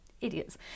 idiots